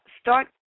start